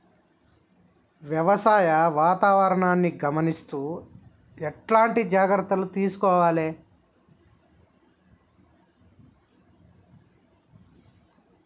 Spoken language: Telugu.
వ్యవసాయ వాతావరణాన్ని గమనిస్తూ ఎట్లాంటి జాగ్రత్తలు తీసుకోవాలే?